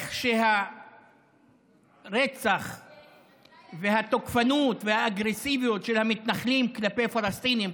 איך שהרצח והתוקפנות והאגרסיביות של המתנחלים כלפי פלסטינים,